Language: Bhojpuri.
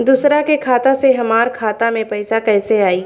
दूसरा के खाता से हमरा खाता में पैसा कैसे आई?